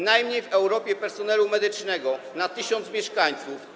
Najmniej w Europie personelu medycznego na 1 tys. mieszkańców.